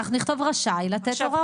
אנחנו נכתוב "רשאי לתת הוראות",